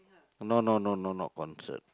no no no no not concert